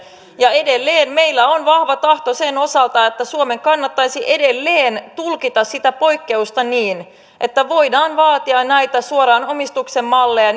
ja edelleen meillä on vahva tahto sen osalta että suomen kannattaisi edelleen tulkita sitä poikkeusta niin että voidaan vaatia näitä suoran omistuksen malleja